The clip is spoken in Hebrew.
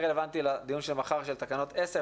רלוונטי לדיון של מחר של תקנת 10,